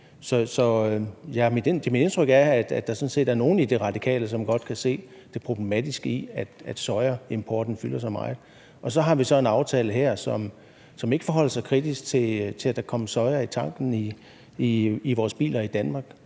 Mit indtryk er, at der sådan set er nogle i De Radikale, som godt kan se det problematiske i, at sojaimporten fylder så meget. Og så har vi en aftale her, som ikke forholder sig kritisk til, at der kommer soja i tanken i vores biler i Danmark.